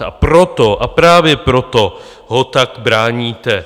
A proto a právě proto ho tak bráníte.